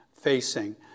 facing